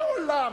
לעולם,